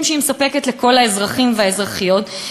שהיא מספקת לכל האזרחים והאזרחיות,